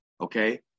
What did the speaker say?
Okay